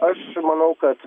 aš manau kad